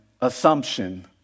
assumption